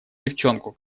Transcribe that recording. девчонку